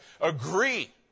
Agree